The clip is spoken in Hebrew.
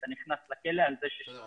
אתה נכנס לכלא על זה ששיקרת?